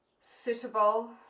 suitable